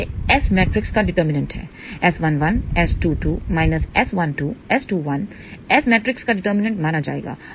यह S matrix का determinant है S11S22 S12S21 एस मैट्रिक्स का डिटर्मिननेंट माना जाएगा